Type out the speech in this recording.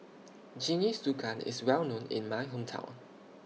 Jingisukan IS Well known in My Hometown